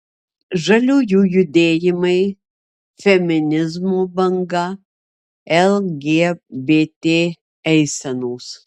žaliųjų judėjimai feminizmo banga lgbt eisenos